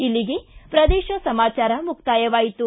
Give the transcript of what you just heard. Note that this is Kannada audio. ಇಲ್ಲಿಗೆ ಪ್ರದೇಶ ಸಮಾಚಾರ ಮುಕ್ತಾಯವಾಯಿತು